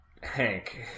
Hank